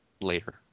later